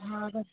हँ तऽ